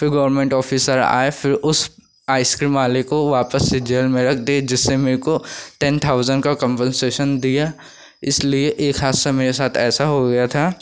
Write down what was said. तो government officer आए फ़िर उस आइसक्रीम वाले को वापस से जेल में रख दिया जिससे मेरे को टेन थाउजेंड का कम्पंसेसन दिया इसलिए एक हादसा मेरे साथ ऐसा हो गया था